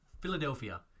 Philadelphia